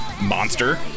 monster